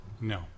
No